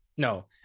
No